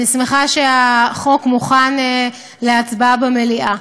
אני שמחה שהחוק מוכן להצבעה במליאה.